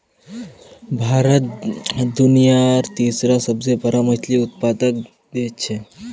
भारत दुनियार तीसरा सबसे बड़ा मछली उत्पादक देश छे